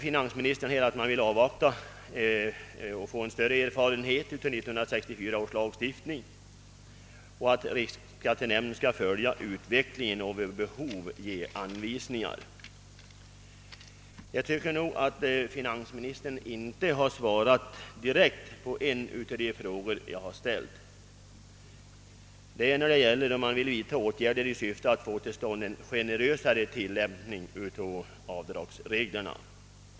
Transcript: Finansministern säger att man vill avvakta och få större erfarenhet av 1964 års lagstiftning samt att riksskattenämnden skall följa utvecklingen och vid behov utfärda anvisningar, men jag tycker inte att finansministern har svarat på en av de frågor jag ställt. Jag frågade om finansministern vill vidta åtgärder i syfte att få till stånd en mera generös tillämpning av avdragsreglerna.